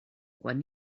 quan